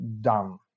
done